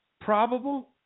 Probable